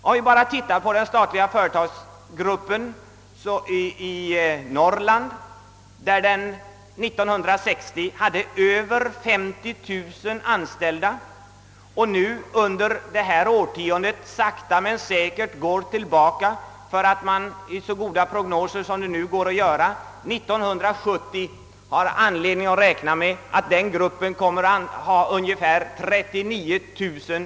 Om vi ser på den statliga företagsgruppen finner vi att de statliga företagen i Norrland hade över 50 000 anställda 1960. Under detta årtionde går antalet sakta men säkert tillbaka. Enligt de prognoser som nu är möjliga att göra finns det anledning räkna med att antalet 1970 skall ha sjunkit till ca 39.000.